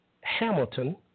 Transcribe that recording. Hamilton